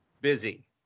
busy